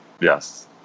Yes